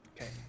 Okay